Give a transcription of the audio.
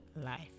life